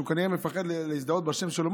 שכנראה מפחד להשתמש בשם שלו.